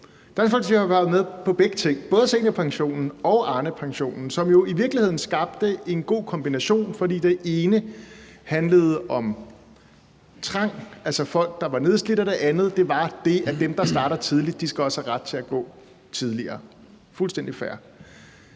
Dansk Folkeparti var jo med til begge ting, både seniorpensionen og Arnepensionen, som jo i virkeligheden skabte en god kombination, fordi det ene handlede om trang, altså folk, der var nedslidte, og det andet handlede om det, at dem, der starter tidligt, også skal have ret til at gå tidligere. Det er fuldstændig fair.